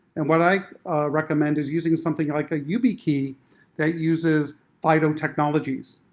and what i recommend is using something like a yubikey that uses fido technologies.